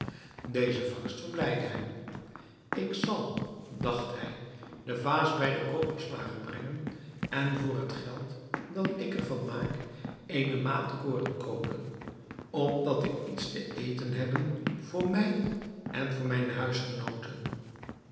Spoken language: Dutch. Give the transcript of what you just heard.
deze vangst verblijdde hem ik zal dacht hij de vaas bij den koperslager brengen en voor het geld dat ik er van maak eene maat koren koopen opdat ik iets te eten hebbe voor mij en voor mijne huisgenoten